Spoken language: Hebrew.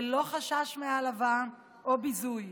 ללא חשש מהעלבה או ביזוי.